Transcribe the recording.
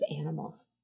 animals